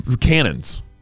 cannons